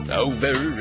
over